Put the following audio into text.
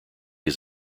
his